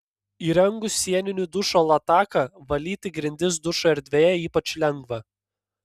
įrengus sieninį dušo lataką valyti grindis dušo erdvėje ypač lengva